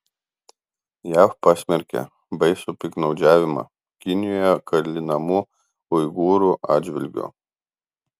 jav pasmerkė baisų piktnaudžiavimą kinijoje kalinamų uigūrų atžvilgiu